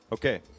Okay